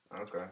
Okay